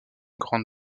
grande